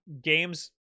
games